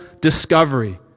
discovery